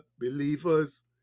believers